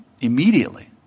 immediately